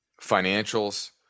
financials